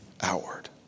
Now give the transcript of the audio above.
outward